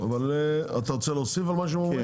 אתה רוצה להוסיף משהו?